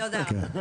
תודה רבה.